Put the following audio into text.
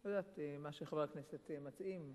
מה שחברי הכנסת מציעים.